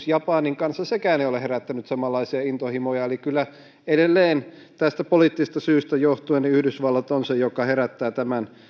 japanin kanssa ei sekään ole herättänyt samanlaisia intohimoja eli kyllä edelleen näistä poliittisista syistä johtuen yhdysvallat on se joka herättää tämän